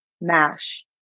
MASH